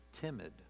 timid